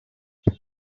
use